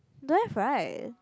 don't have right